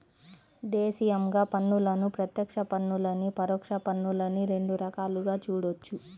దేశీయంగా పన్నులను ప్రత్యక్ష పన్నులనీ, పరోక్ష పన్నులనీ రెండు రకాలుగా చూడొచ్చు